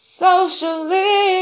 socially